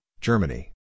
Germany